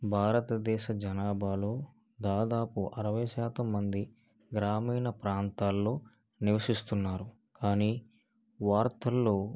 భారతదేశ జనాభాలో దాదాపు అరవై శాతం మంది గ్రామీణ ప్రాంతాల్లో నివసిస్తున్నారు కానీ వార్తల్లో